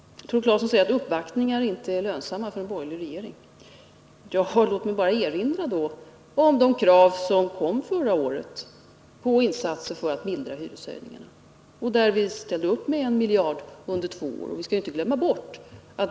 Tore Claeson säger att uppvaktningar hos en borgerlig regering inte är lönsamma. Låt mig få erinra om de krav som kom förra året på insatser för att mildra hyreshöjningarna. Vi ställde då upp med en miljard under två år.